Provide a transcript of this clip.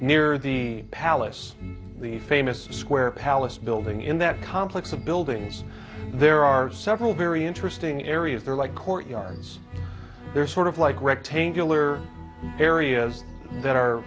near the palace the famous square palace building in that complex of buildings there are several very interesting areas they're like courtyards they're sort of like rectangular areas that are